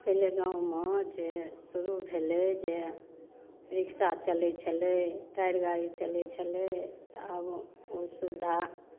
पहिले गाँवमे जे शुरू भेलय जे रिक्शा चलैत छलय टाएर गाड़ी चलैत छलय तऽ आब ओ सुविधा